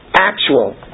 Actual